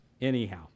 anyhow